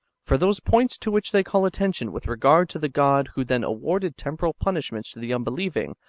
for those points to which they call attention with regard to the god who then awarded tem poral punishments to the unbelieving,